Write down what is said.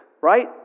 right